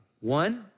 One